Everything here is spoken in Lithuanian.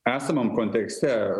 esamam kontekste